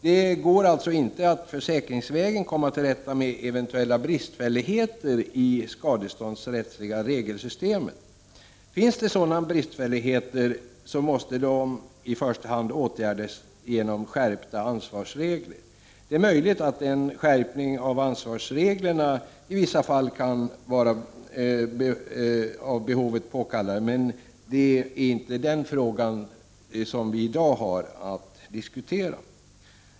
Det går alltså inte att försäkringsvägen komma till rätta med eventuella bristfälligheter i det skadeståndsrättsliga regelsystemet. Finns det sådana bristfälligheter, måste de i första hand åtgärdas genom skärpta ansvarsregler. Det är möjligt att en skärpning av ansvarsreglerna i vissa fall kan vara av behovet påkallad, men det är inte den frågan som vi i dag har att diskutera.